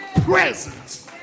presence